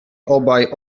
obaj